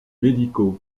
médicaux